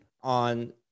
on